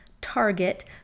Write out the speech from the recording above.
target